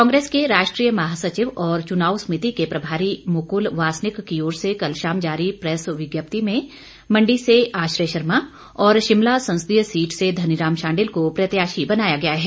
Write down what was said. कांग्रेस के राष्ट्रीय महासचिव और चुनाव समिति के प्रभारी मुकल वासनिक की ओर से कल शाम जारी प्रेस विज्ञप्ति में मंडी से आश्रय शर्मा और शिमला संसदीय सीट से धनीराम शांडिल को प्रत्याशी बनाया गया है